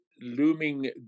looming